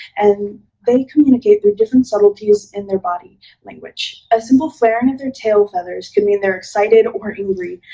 and they communicate their different subtleties in their body language. a simple flaring at their tail feathers could mean they're excited or angry,